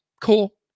cool